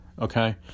Okay